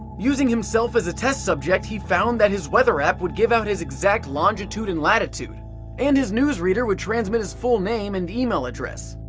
using himself as a test subject he found that his weather app would give out his exact longitude and latitude and his news reader would transmit his full name and email address.